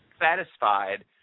satisfied